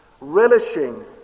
relishing